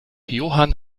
johann